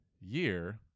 year